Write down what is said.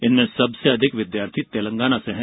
इनमें सबसे अधिक विद्यार्थी तेलंगाना से हैं